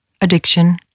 addiction